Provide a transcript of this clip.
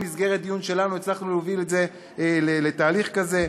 במסגרת דיון שלנו הצלחנו להוביל את זה לתהליך כזה.